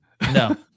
No